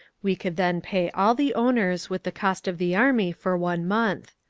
we could then pay all the owners with the cost of the army for one month.